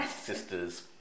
sister's